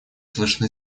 слышны